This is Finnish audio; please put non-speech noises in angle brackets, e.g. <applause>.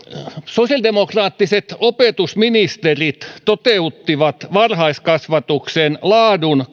sosiaalidemokraattiset opetusministerit toteuttivat varhaiskasvatuksen laadun <unintelligible>